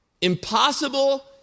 impossible